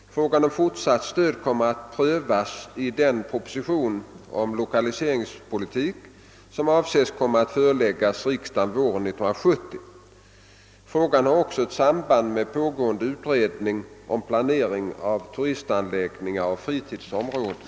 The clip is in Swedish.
Frågan om fortsatt stöd kommer att prövas i den proposition om lokaliseringspolitiken, som avses komma att föreläggas riksdagen våren 1970. Frågan har också ett samband med pågående utredning om planering av turistanläggningar och friluftsområden.